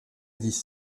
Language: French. dix